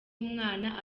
umwana